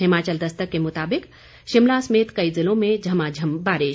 हिमाचल दस्तक के मुताबिक शिमला समेत कई जिलों में झमाझम बारिश